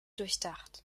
durchdacht